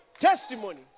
testimony